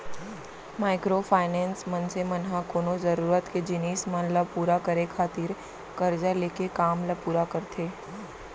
micro finance, मनसे मन ह कोनो जरुरत के जिनिस मन ल पुरा करे खातिर करजा लेके काम ल पुरा करथे